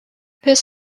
this